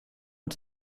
und